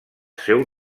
seu